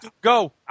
go